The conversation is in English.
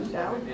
down